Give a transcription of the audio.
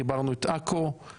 חיברנו את עכו,